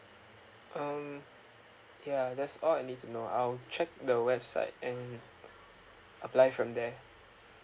um ya that's all I need to know I'll check the website and apply from there